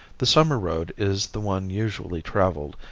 the summer road is the one usually travelled,